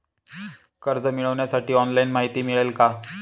कर्ज मिळविण्यासाठी ऑनलाइन माहिती मिळेल का?